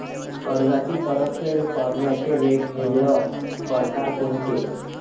कर्जाची परतफेड करण्याचे वेगवेगळ परकार कोनचे?